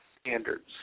standards